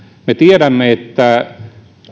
me tiedämme että